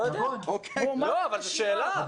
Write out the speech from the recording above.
זו שאלה.